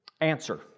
Answer